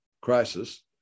crisis